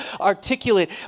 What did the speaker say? articulate